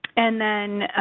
and then,